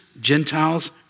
Gentiles